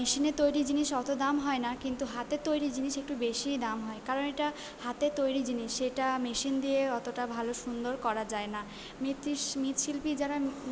মেশিনে তৈরি জিনিস অত দাম হয় না কিন্তু হাতের তৈরি জিনিস একটু বেশিই দাম হয় কারণ এটা হাতে তৈরি জিনিস সেটা মেশিন দিয়ে অতটা ভালো সুন্দর করা যায় না মেথিস মৃৎ শিল্পী যারা